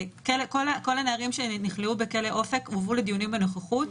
כל הנערים שנכלאו בכלא אופק הובאו לדיונים בנוכחות,